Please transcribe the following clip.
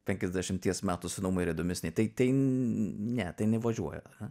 penkiasdešimties metų senumo yra įdomesni tai tai ne tai įvažiuoja